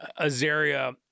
Azaria